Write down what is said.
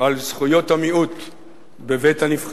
על זכויות המיעוט בבית-הנבחרים.